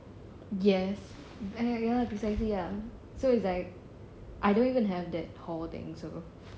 yes and ya precisely ya so it's like I don't even have that hall thing so